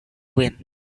win